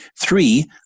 three